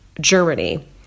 Germany